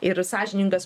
ir sąžiningas